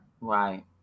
Right